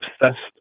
obsessed